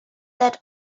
that